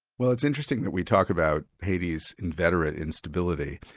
well it's interesting that we talk about haiti's inveterate instability,